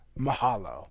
mahalo